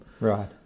Right